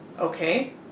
Okay